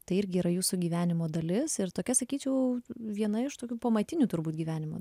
tai irgi yra jūsų gyvenimo dalis ir tokia sakyčiau viena iš tokių pamatinių turbūt gyvenimo